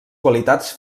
qualitats